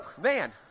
man